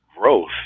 growth